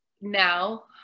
now